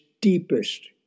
deepest